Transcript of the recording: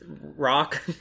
Rock